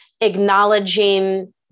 acknowledging